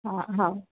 हाँ हाँ